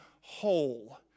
whole